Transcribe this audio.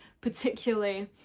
particularly